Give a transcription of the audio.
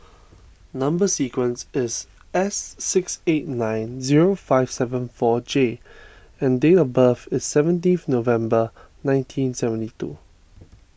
Number Sequence is S six eight nine zero five seven four J and date of birth is seventeenth November nineteen seventy two